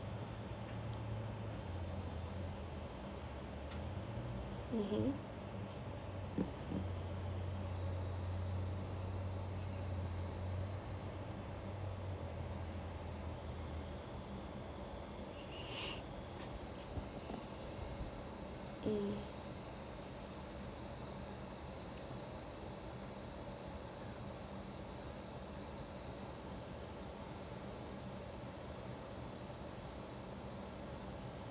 mmhmm mm